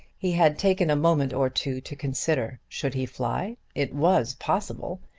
he had taken a moment or two to consider. should he fly? it was possible.